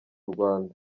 rwanda